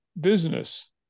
business